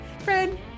Fred